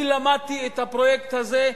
למדתי את הפרויקט הזה,